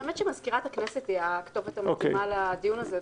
האמת היא שמזכירת הכנסת היא הכתובת הנכונה לדיון הזה,